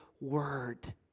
word